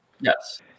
Yes